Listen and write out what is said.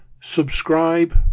subscribe